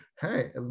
hey